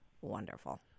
wonderful